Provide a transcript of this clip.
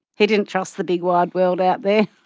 he didn't trust the big wide world out there.